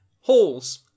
Holes